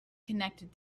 connected